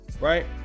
right